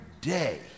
day